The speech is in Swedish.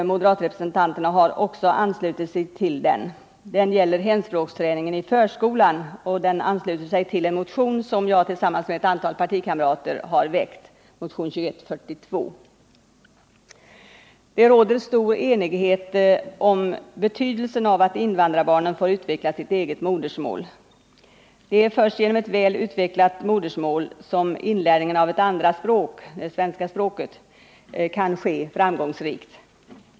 Moderatrepresentanterna har också anslutit sig till den. Reservationen gäller hemspråksträningen i förskolan, och den ansluter sig till en motion som jag, tillsammans med ett antal partikamrater, har väckt, motion nr 2142. Det råder stor enighet om betydelsen av att invandrarbarnen får utveckla sitt eget modersmål. Det är först genom ett väl utvecklat modersmål som inlärning av ett andra språk — det svenska språket — kan ske framgångsrikt.